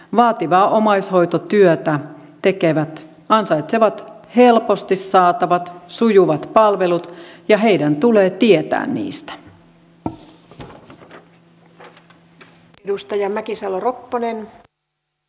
vaativaa omaishoitotyötä tekevät ansaitsevat helposti saatavat sujuvat palvelut ja heidän tulee tietää niistä